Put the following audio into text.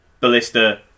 Ballista